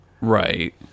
Right